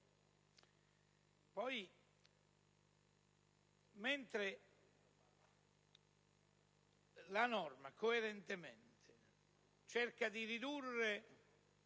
Mentre la norma, coerentemente, cerca di ridurre